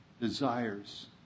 desires